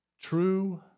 True